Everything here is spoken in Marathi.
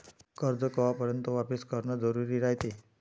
कर्ज कवापर्यंत वापिस करन जरुरी रायते?